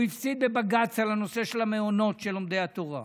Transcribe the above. הפסיד בבג"ץ על הנושא של המעונות של לומדי התורה,